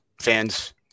fans